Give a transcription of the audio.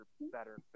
better